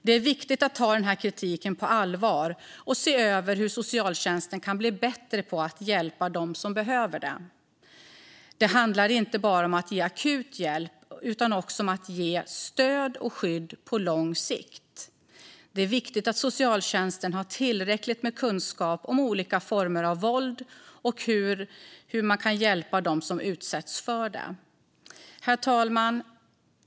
Det är viktigt att ta denna kritik på allvar och se över hur socialtjänsten kan bli bättre på att hjälpa dem som behöver det. Det handlar inte bara om att ge akut hjälp utan också om att ge stöd och skydd på lång sikt. Det är viktigt att socialtjänsten har tillräckligt med kunskap om olika former av våld och hur man kan hjälpa dem som utsätts för det. Herr talman!